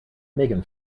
megan